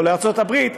או לארצות-הברית,